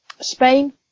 Spain